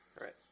Right